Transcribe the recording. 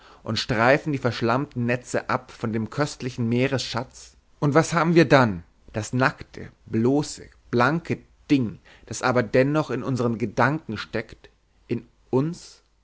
und streifen die verschlammten netze ab von dem köstlichen meeresschatz und was haben wir dann das nackte bloße blanke ding das aber dennoch in unseren gedanken steckt in uns